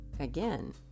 again